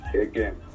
again